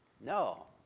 No